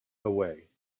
away